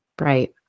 Right